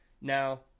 now